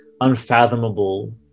unfathomable